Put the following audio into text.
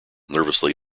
nervously